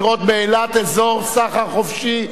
לראות באילת אזור סחר חופשי.